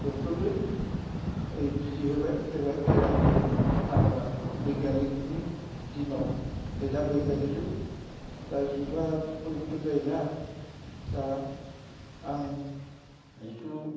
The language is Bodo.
ड'क्टरदो ओइ बिजि होबाय नायबाय बेरामखो फाहामो आरो बैगियानिक जुगनि दिनाव नै दा बैगानिक जुग दा जुगा परिबर्टन जायोना दा आं हैथु